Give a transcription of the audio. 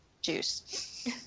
Juice